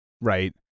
right